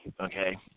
Okay